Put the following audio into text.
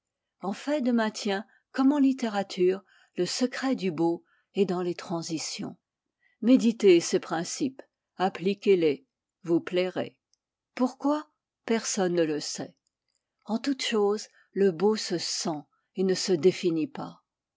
en fait de maintien comme en littérature le secret du beau est dans les transitions méditez ces principes appliquez les vous plairez pourquoi personne ne le sait en toute chose le beau se sent et ne se définit pas